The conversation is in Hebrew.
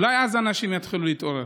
אולי אז אנשים יתחילו להתעורר.